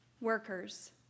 Workers